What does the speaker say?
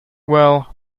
well